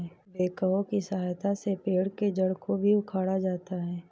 backhoe की सहायता से पेड़ के जड़ को भी उखाड़ा जाता है